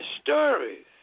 stories